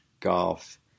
golf